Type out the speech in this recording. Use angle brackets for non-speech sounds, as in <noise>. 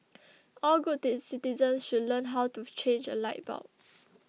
<noise> all good citizens should learn how to change a light bulb <noise>